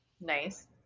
Nice